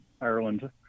Ireland